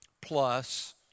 plus